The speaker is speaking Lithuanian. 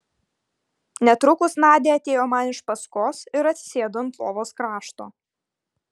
netrukus nadia atėjo man iš paskos ir atsisėdo ant lovos krašto